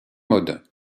mode